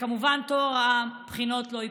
וכמובן, שטוהר הבחינות לא ייפגע.